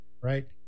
right